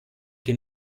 che